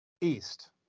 East